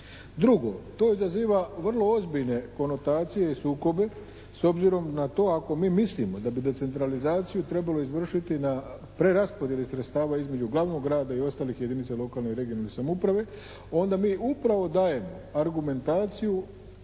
Drugo, to izaziva vrlo ozbiljne konotacije i sukobe s obzirom na to ako mi mislimo da bi decentralizaciju trebalo izvršiti na preraspodjeli sredstava između glavnog grada i ostalih jedinica lokalne i regionalne samouprave onda mi upravo dajemo argumentaciju